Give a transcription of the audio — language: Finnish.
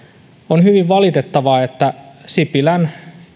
on hyvin valitettavaa että sipilän